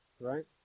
right